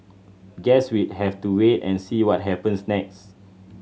guess we'd have to wait and see what happens next